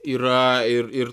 yra ir ir